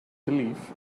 belief